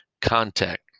contact